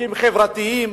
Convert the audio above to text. חוקים חברתיים.